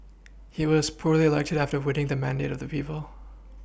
he was popularly elected after winning the mandate of the people